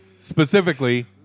Specifically